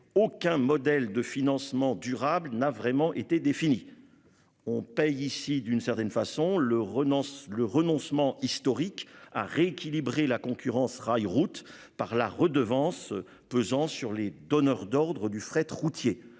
aucun modèle de financement durable n'a vraiment été défini. On paye ici d'une certaine façon le renonce le renoncement historique à rééquilibrer la concurrence rail route par la redevance pesant sur les donneurs d'ordre du fret routier